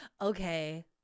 okay